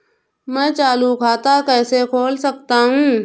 मैं चालू खाता कैसे खोल सकता हूँ?